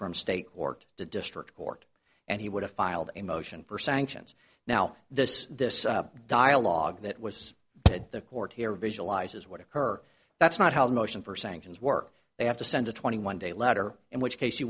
from state or the district court and he would have filed a motion for sanctions now this this dialogue that was the court here visualizes what occur that's not how the motion for sanctions work they have to send a twenty one day letter in which case you